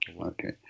Okay